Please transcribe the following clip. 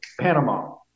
Panama